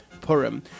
Purim